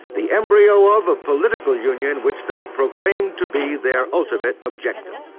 the embryo of a political union which they proclaimed to be their ultimate objective.